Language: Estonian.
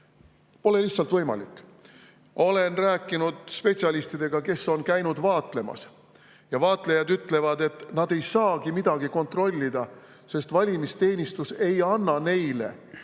Pole lihtsalt võimalik. Olen rääkinud spetsialistidega, kes on käinud vaatlemas. Vaatlejad ütlevad, et nad ei saagi midagi kontrollida, sest valimisteenistus ei anna neile